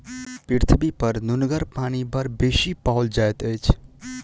पृथ्वीपर नुनगर पानि बड़ बेसी पाओल जाइत अछि